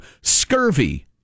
scurvy